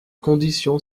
condition